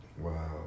Wow